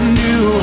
new